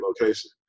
location